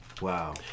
Wow